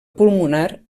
pulmonar